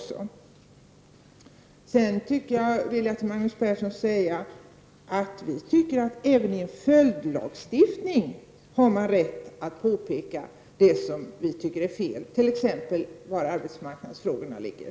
Slutligen vill jag säga, Magnus Persson, att man även när det gäller en följdlagstifting har rätt att göra påpekanden och säga vad man tycker är fel. Det kan t.ex. gälla var arbetsmarknadsfrågorna ligger.